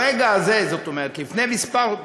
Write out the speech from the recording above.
ברגע הזה, זאת אומרת, לפני כמה,